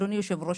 אדוני היושב-ראש,